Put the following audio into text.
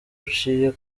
uciye